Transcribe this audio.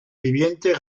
viviente